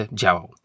działał